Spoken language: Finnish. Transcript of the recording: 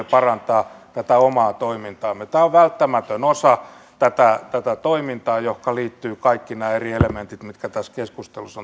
parantaa tätä omaa toimintaamme tämä on välttämätön osa tätä tätä toimintaa johon liittyvät kaikki nämä eri elementit mitkä tässä keskustelussa